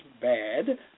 bad